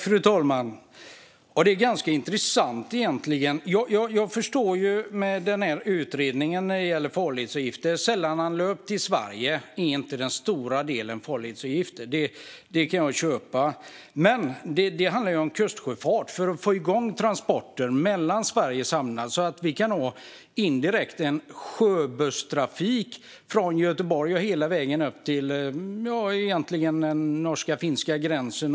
Fru talman! Det är ganska intressant, egentligen. Jag förstår att utredningen säger att farledsavgifter för sällananlöp till Sverige inte är den stora andelen av utgifterna. Det kan jag köpa. Men det handlar ju om kustsjöfart för att få i gång transporter mellan Sveriges hamnar så att man kan ha en indirekt sjöbusstrafik från Göteborg och hela vägen upp till norska och finska gränserna.